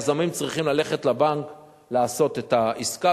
היזמים צריכים ללכת לבנק לעשות את העסקה.